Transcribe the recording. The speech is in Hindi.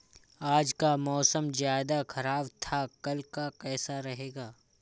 आज का मौसम ज्यादा ख़राब था कल का कैसा रहेगा?